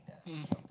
mm